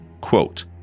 Quote